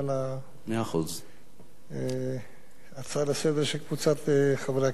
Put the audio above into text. על ההצעה לסדר-היום של קבוצת חברי הכנסת שביקשו לדון,